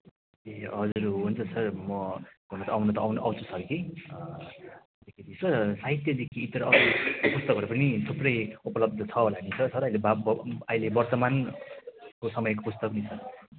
ए हजुर हुन्छ सर म आउनु त आउँछु सर कि सर साहित्यदेखि इतर अरू पुस्तकहरू पनि थुप्रै उपलब्ध छ होला नि सर अहिले वा वर्तमान को समयको पुस्तक नि